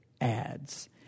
ads